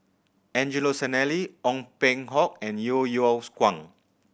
Angelo Sanelli Ong Peng Hock and Yeo Yeow's Kwang